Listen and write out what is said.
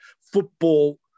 football